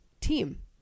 team